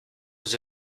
was